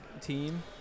team